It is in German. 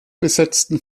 besetzten